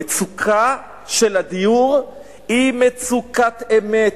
המצוקה של הדיור היא מצוקת אמת.